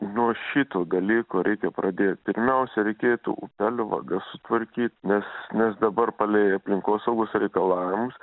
nuo šito dalyko reikia pradėt pirmiausia reikėtų upelių vagas sutvarkyt nes nes dabar palei aplinkosaugos reikalavimams